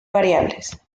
variables